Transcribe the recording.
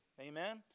amen